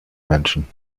menschen